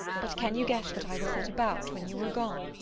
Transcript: but can you guess what i will set about when you are gone?